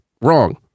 Wrong